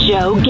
Joe